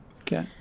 Okay